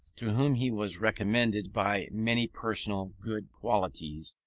to whom he was recommended by many personal good qualities,